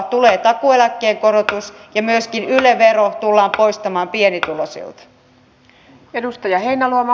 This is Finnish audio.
tulee takuueläkkeen korotus ja myöskin yle vero tullaan poistamaan pienituloisilta